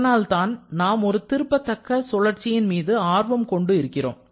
இதனால்தான் நாம் ஒரு திருப்பத்தக்க சுழற்சியின் மீது ஆர்வம் கொண்டு இருக்கிறோம்